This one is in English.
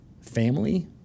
family